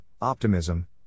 optimism